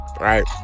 Right